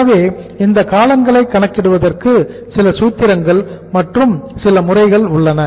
எனவே இந்த காலங்களை கணக்கிடுவதற்கு சில சூத்திரங்கள் மற்றும் சில முறைகள் உள்ளன